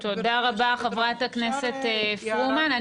תודה רבה, חברת הכנסת פרומן.